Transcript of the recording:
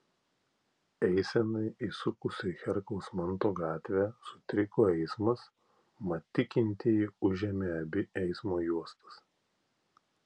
eisenai įsukus į herkaus manto gatvę sutriko eismas mat tikintieji užėmė abi eismo juostas